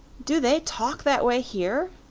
do they talk that way here?